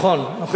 נכון, נכון.